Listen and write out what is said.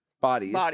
bodies